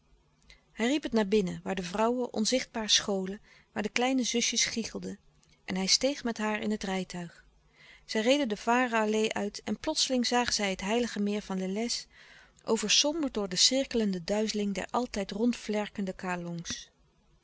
hij riep het naar binnen waar de vrouwen onzichtbaar scholen waar de kleine zusjes gichelden en hij steeg met haar in het rijtuigje zij reden de varen allee uit en plotseling zagen zij het heilige meer van lellès oversomberd door de cirkelende duizeling der altijd rondvlerkende kalongs